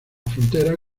frontera